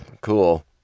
cool